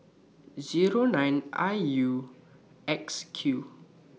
Zero nine I U X Q